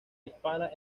hispana